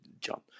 John